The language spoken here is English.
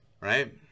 Right